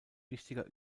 wichtiger